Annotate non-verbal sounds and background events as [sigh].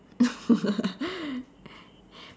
[laughs]